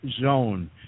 zone